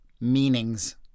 meanings